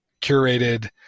curated